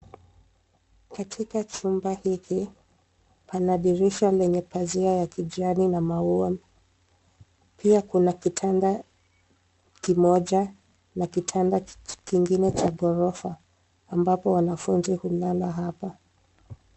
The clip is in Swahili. Katika chumba hiki, pana dirisha lenye pazia ya kijani na maua. Pia kuna kitanda kimoja na kitanda kingine cha ghorofa ambapo wanafunzi hulala hapa.